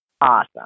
Awesome